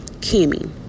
Kimi